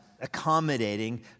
accommodating